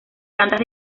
cantan